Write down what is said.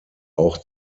auch